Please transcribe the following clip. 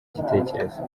gitekerezo